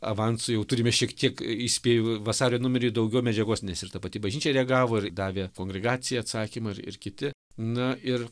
avansu jau turime šiek tiek įspėju vasario numery daugiau medžiagos nes ir ta pati bažnyčia reagavo ir davė kongregacijai atsakymą ir ir kiti na ir